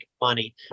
money